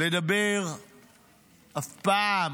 לדבר אף פעם